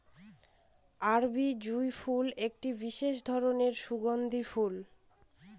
আরবি জুঁই ফুল একটি বিশেষ ধরনের সুগন্ধি ফুল